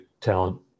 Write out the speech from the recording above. talent